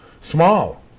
Small